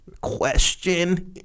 question